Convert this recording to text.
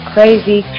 Crazy